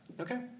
Okay